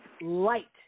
light